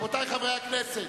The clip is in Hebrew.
רבותי חברי הכנסת,